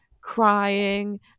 crying